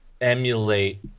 emulate